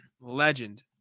legend